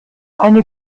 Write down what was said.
eine